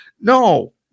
No